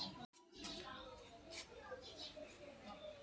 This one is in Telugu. ఇండియా ఎమ్.సి.క్యూ లో అమలు చేసిన పథకాలు ఏమిటి?